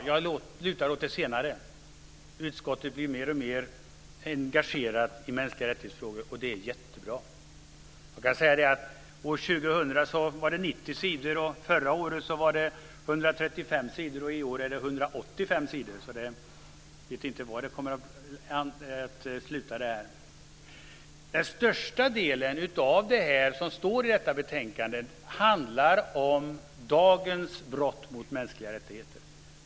Jag lutar åt det senare, att utskottet blir alltmer engagerat i frågor om mänskliga rättigheter. Det är jättebra. År 2000 var betänkandet på 90 sidor. Förra året var det 135 sidor. I år är det 185 sidor. Jag vet inte var det kommer att sluta. Den största delen av betänkandet handlar om dagens brott mot mänskliga rättigheter.